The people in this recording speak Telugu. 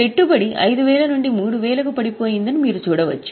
పెట్టుబడి 5000 నుండి 3000 కు పడిపోయిందని మీరు చూడవచ్చు